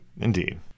Indeed